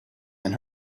and